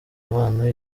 impano